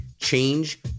change